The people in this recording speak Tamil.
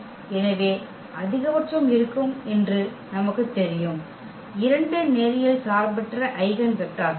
எனவே அதிகபட்சம் இருக்கும் என்று நமக்குத் தெரியும் 2 நேரியல் சார்பற்ற ஐகென் வெக்டர்கள்